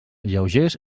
lleugers